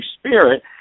Spirit